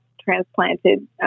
transplanted